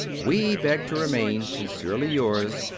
we beg to remain, sincerely yours,